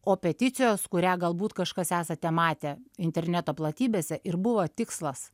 o peticijos kurią galbūt kažkas esate matę interneto platybėse ir buvo tikslas